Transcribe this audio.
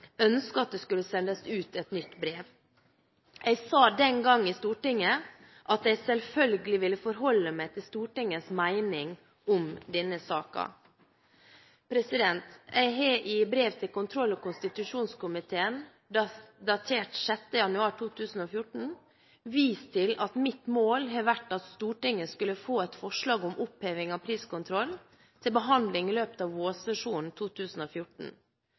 ønsket at det skulle sendes ut et nytt brev. Jeg sa den gang i Stortinget at jeg selvfølgelig ville forholde meg til Stortingets mening om denne saken. Jeg har i brev til kontroll- og konstitusjonskomiteen datert 6. januar 2014 vist til at mitt mål har vært at Stortinget skulle få et forslag om oppheving av priskontrollen til behandling i løpet av vårsesjonen 2014.